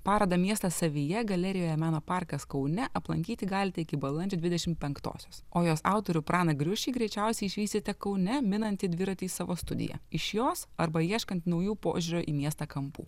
parodą miestas savyje galerijoje meno parkas kaune aplankyti galite iki balandžio dvidešimt penktosios o jos autorių praną griušį greičiausiai išvysite kaune minantį dviratį savo studiją iš jos arba ieškant naujų požiūrio į miestą kampų